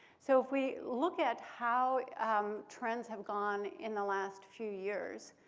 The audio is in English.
so if we look at how trends have gone in the last few years,